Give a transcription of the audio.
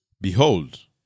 Behold